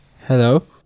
hello